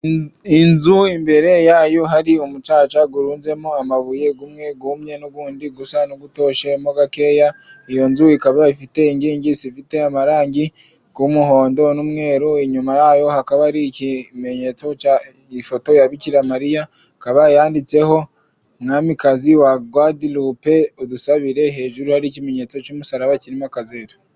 Inzu imbere yayo hari umucaca urunzemo amabuye, umwe wumye n'undi usa n'utoshyemo gakeya, iyo nzu ikaba ifite inkingi zifite amarangi y'umuhondo n'umweru inyuma yayo hakaba hari ikimenyetso cy'ifoto ya bikira mariya, ikaba yanditseho mwamikazi wa gwadilupe udusabire, hejuru hari ikimenyetso cy'umusaraba kirimo akazeru.